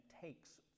takes